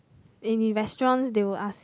in restaurants they would ask